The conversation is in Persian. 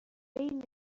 بین